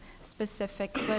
specific